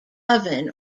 oven